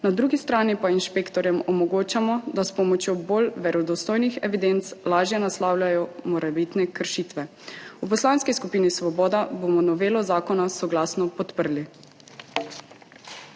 na drugi strani pa inšpektorjem omogočamo, da s pomočjo bolj verodostojnih evidenc lažje naslavljajo morebitne kršitve. V Poslanski skupini Svoboda bomo novelo zakona soglasno podprli.